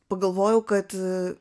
pagalvojau kad